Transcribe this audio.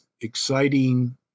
exciting